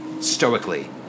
stoically